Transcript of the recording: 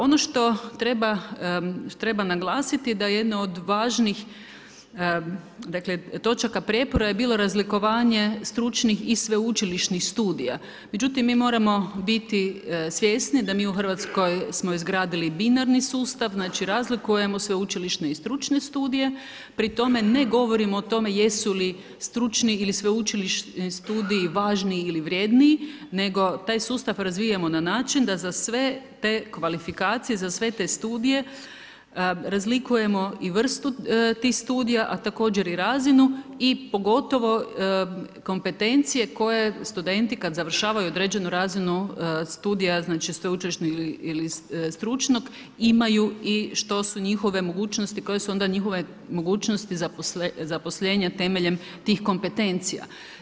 Ono što treba naglasiti da jedna od važnih točaka prijepora je bilo razlikovanje stručnih i sveučilišnih studija, međutim mi moramo biti svjesni da mi u Hrvatskoj smo izgradili binarni sustav, razlikujemo sveučilišne i stručne studije pri tome ne govorimo o tome jesu li stručni ili sveučilišni studiji važniji ili vrjedniji nego taj sustav razvijamo na način da za sve te kvalifikacije, za sve te studije razlikujemo i vrstu tih studija a također i razinu i pogotovo kompetencije koje studenti kad završavaju određeno razinu studija, sveučilišnog ili stručnog, imaju i što su njihove mogućnosti, koje su onda njihove mogućnosti zaposlenja temeljem tih kompetencija.